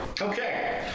Okay